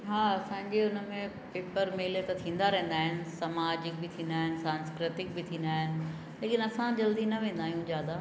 हा असांजे हुन में पेपर मेल त थींदा रहंदा आहिनि समाजिक बि थींदा आहिनि सांस्कृतिक बि थींदा आहिनि लेकिन असां जल्दी न वेंदा आहियूं ज़्यादाइ